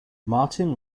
martin